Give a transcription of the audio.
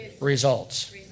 results